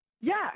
Yes